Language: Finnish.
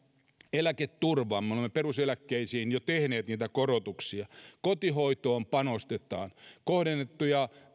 eläketurvaan me olemme peruseläkkeisiin jo tehneet niitä korotuksia kotihoitoon panostetaan kohdennettuja